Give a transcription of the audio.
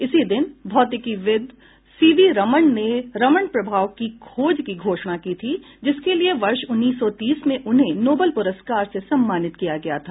इसी दिन भौतिकीविद् सी वी रमण ने रमण प्रभाव की खोज की घोषणा की थी जिसके लिए वर्ष उन्नीस सौ तीस में उन्हें नोबल प्रस्कार से सम्मानित किया गया था